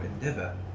endeavor